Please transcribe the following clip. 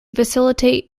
facilitate